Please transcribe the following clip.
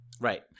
Right